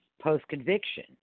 post-conviction